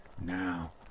now